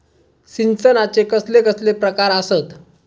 सिंचनाचे कसले कसले प्रकार आसत?